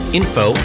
info